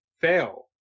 fail